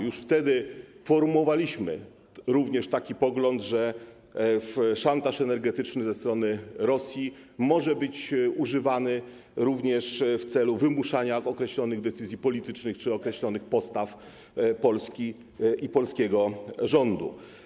Już wtedy formułowaliśmy taki pogląd, że szantaż energetyczny ze strony Rosji może być używany również w celu wymuszania określonych decyzji politycznych czy określonych postaw Polski i polskiego rządu.